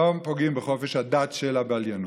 לא פוגעים בחופש הדת של הבליינות.